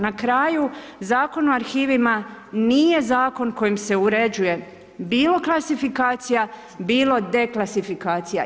Na kraju, Zakon o arhivima nije zakon koji se uređuje bilo klasifikacija bilo deklasifikacija.